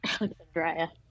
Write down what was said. Alexandria